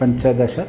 पञ्चदशः